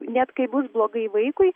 net kai bus blogai vaikui